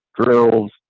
drills